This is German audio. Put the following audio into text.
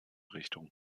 richtung